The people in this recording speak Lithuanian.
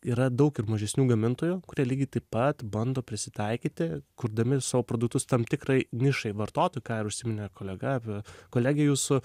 yra daug ir mažesnių gamintojų kurie lygiai taip pat bando prisitaikyti kurdami savo produktus tam tikrai nišai vartotojų ką ir užsiminė kolega apie kolegė jūsų